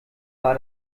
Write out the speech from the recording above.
war